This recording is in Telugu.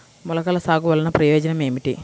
మొలకల సాగు వలన ప్రయోజనం ఏమిటీ?